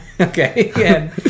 Okay